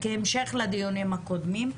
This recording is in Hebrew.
כהמשך לדיונים הקודמים,